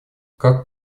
как